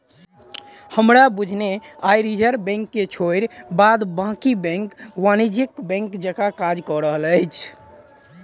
हमरा बुझने आइ रिजर्व बैंक के छोइड़ बाद बाँकी बैंक वाणिज्यिक बैंक जकाँ काज कअ रहल अछि